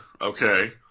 okay